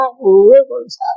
rivers